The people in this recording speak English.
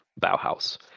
Bauhaus